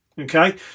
Okay